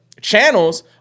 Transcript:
channels